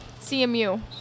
CMU